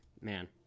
man